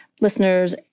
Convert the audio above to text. listeners